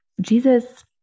Jesus